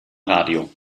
radio